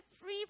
free